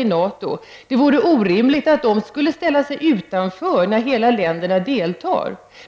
i NATO. Det vore orimligt att de skulle ställa sig utanför, när hela deras land deltar.